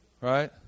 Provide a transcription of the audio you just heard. Right